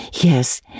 Yes